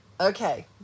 Okay